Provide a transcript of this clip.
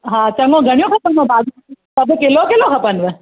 हा चङो घणे जो खपंदो सभु किलो किलो खपनव